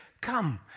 come